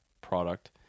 product